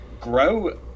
grow